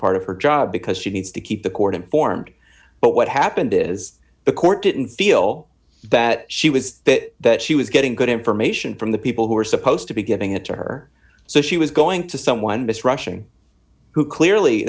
part of her job because she needs to keep the court informed but what happened is the court didn't feel that she was fit that she was getting good information from the people who were supposed to be giving it to her so she was going to someone based rushing who clearly